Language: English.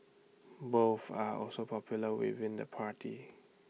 both are also popular within the party